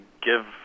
give